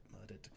murdered